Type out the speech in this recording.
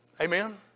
Amen